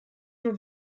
nur